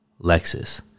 Lexus